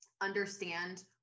understand